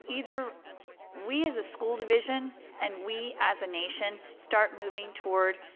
either we as a school division and we as a nation start moving toward